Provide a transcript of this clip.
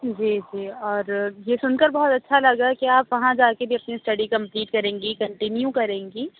جی جی اور یہ سُن کر بہت اچھا لگ رہا ہے کہ آپ وہاں جا کے بھی اپنی اسٹڈی کمپلیٹ کریں گی کنٹینیو کریں گی